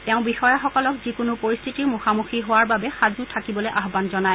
তেওঁ বিষয়াসকলৰ যিকোনো পৰিস্থিতিৰ মুখামুখি হোৱাৰ বাবে সাজু থাকিবলৈ আয়ান জনায়